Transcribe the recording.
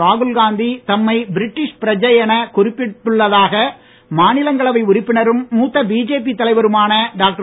ராகுல்காந்தி தம்மை பிரிட்டிஷ் பிரஜை என குறிப்பிட்டுள்ளதாக மாநிலங்களவை உறுப்பினரும் மூத்த பிஜேபி தலைவருமான டாக்டர்